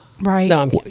Right